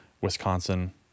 Wisconsin